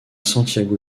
santiago